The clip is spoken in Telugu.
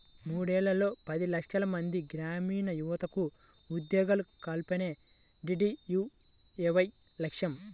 మూడేళ్లలో పది లక్షలమంది గ్రామీణయువతకు ఉద్యోగాల కల్పనే డీడీయూఏవై లక్ష్యం